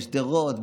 בשדרות,